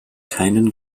keinen